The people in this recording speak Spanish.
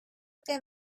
que